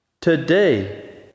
Today